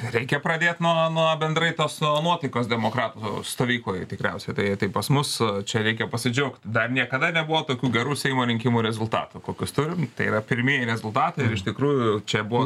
reikia pradėt nuo nuo bendrai tos nuotaikos demokratų stovykloj tikriausiai tai tai pas mus čia reikia pasidžiaugt dar niekada nebuvo tokių gerų seimo rinkimų rezultatų kokius turim tai yra pirmieji rezultatai iš tikrųjų čia buvo